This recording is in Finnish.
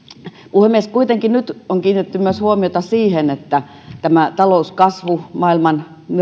puhemies kuitenkin nyt on myös kiinnitetty huomiota siihen että talouskasvu maailman